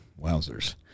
Wowzers